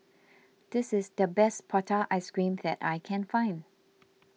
this is the best Prata Ice Cream that I can find